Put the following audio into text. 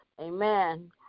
Amen